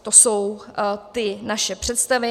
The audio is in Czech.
To jsou ty naše představy.